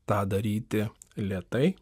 tą daryti lėtai